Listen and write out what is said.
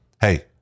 Hey